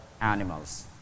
animals